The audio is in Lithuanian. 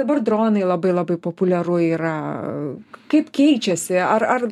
dabar dronai labai labai populiaru yra kaip keičiasi ar ar